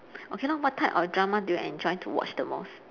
okay lor what type of drama do you enjoy to watch the most